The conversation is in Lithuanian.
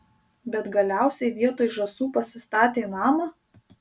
bet galiausiai vietoj žąsų pasistatė namą